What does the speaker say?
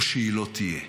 או שהיא לא תהיה.